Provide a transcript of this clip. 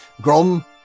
Grom